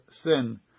sin